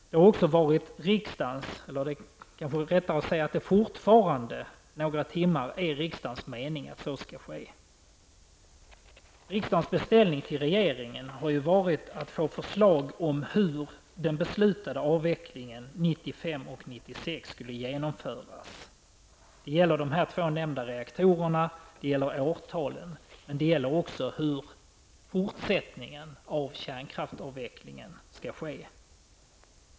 Det har också varit -- eller rättare sagt är fortfarande -- riksdagens mening att så skall ske. Riksdagens beställning till regeringen har varit att få förslag om hur den beslutade avvecklingen 1995 och 1996 skulle genomföras. Det gäller de två nämnda reaktorerna och årtalen, men det gäller också hur fortsättningen av avvecklingen skall se ut.